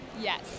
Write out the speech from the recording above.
Yes